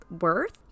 worth